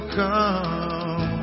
come